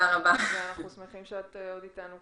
אז שמענו את נורית מהממ"מ,